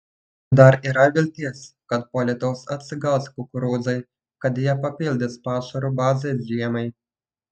dar yra vilties kad po lietaus atsigaus kukurūzai kad jie papildys pašarų bazę žiemai